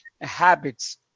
habits